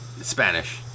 Spanish